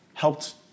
helped